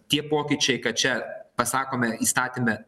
tie pokyčiai kad čia pasakome įstatyme